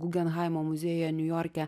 gugenhaimo muziejuje niujorke